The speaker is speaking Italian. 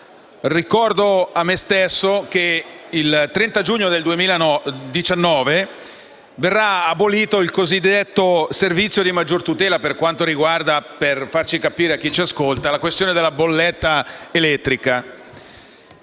Ricordo a me stesso che il 30 giugno 2019 verrà abolito il cosiddetto servizio di maggior tutela, che riguarda - per chi ci ascolta - la questione della bolletta elettrica.